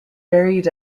buried